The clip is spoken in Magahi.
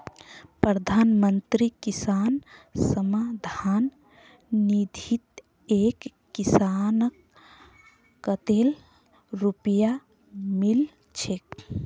प्रधानमंत्री किसान सम्मान निधित एक किसानक कतेल रुपया मिल छेक